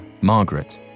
Margaret